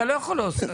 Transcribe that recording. אתה לא יכול להוסיף.